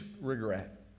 regret